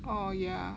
oh ya